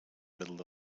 middle